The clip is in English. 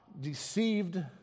deceived